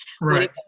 right